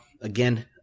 Again